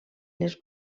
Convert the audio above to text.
les